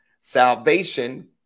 Salvation